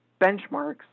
benchmarks